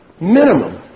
Minimum